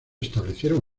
establecieron